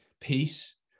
Peace